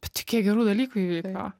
bet tai kiek gerų dalykų įvyko